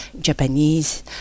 Japanese